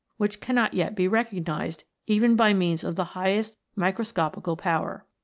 which cannot yet be recog nised even by means of the highest microscopical power.